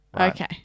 Okay